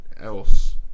else